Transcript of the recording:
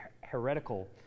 heretical